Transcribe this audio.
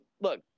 Look